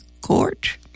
Court